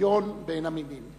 ולשוויון בין המינים.